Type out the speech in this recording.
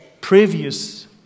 previous